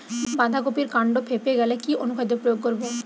বাঁধা কপির কান্ড ফেঁপে গেলে কি অনুখাদ্য প্রয়োগ করব?